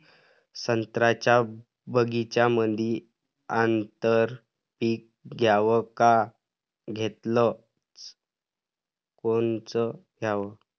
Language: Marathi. संत्र्याच्या बगीच्यामंदी आंतर पीक घ्याव का घेतलं च कोनचं घ्याव?